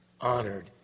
honored